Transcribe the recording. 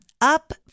Up